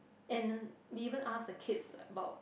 and uh they even ask the kids about